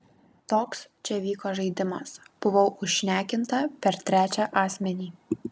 toks čia vyko žaidimas buvau užšnekinta per trečią asmenį